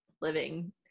living